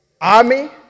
army